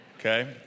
Okay